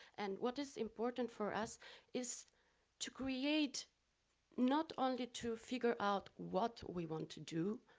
and what is important for us is to create not only to figure out what we want to do,